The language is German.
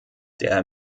der